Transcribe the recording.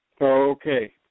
Okay